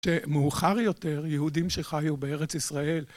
שמאוחר יותר יהודים שחיו בארץ ישראל...